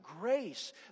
grace